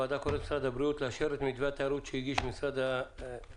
הוועדה קוראת למשרד הבריאות לאשר את מתווה התיירות שהגיש משרד התיירות,